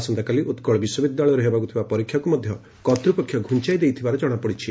ଆସନ୍ତାକାଲି ଉକ୍କଳ ବିଶ୍ୱବିଦ୍ୟାଳୟରେ ହେବାକୁ ଥିବା ପରୀକ୍ଷାକୁ ମଧ୍ଧ କର୍ତ୍ତୁପକ୍ଷ ଘୁଞାଇ ଦେଇଥିବା ଜଣାପଡିଛି